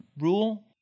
rule